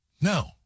No